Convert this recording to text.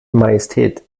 majestät